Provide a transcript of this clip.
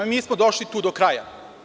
Mi smo došli tu do kraja.